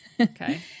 Okay